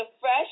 fresh